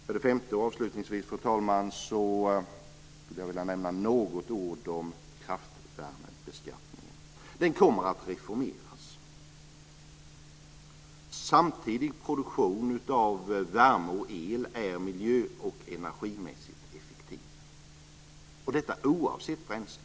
För det femte, och avslutningsvis, skulle jag vilja nämna några ord om kraftvärmebeskattningen. Den kommer att reformeras. Samtidig produktion av värme och el är miljö och energimässigt effektiv, detta oavsett bränsle.